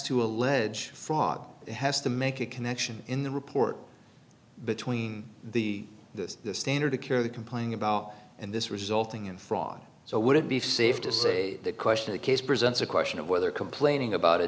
to allege fraud has to make a connection in the report between the the standard of care the complaining about and this resulting in fraud so would it be safe to say that question a case presents a question of whether complaining about a